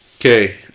okay